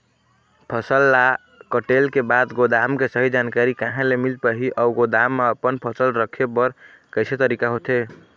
फसल ला कटेल के बाद गोदाम के सही जानकारी कहा ले मील पाही अउ गोदाम मा अपन फसल रखे बर कैसे तरीका होथे?